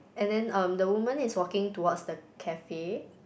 and then um the woman is walking towards the cafe